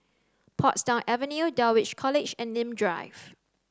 Portsdown Avenue Dulwich College and Nim Drive